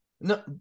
no